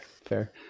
fair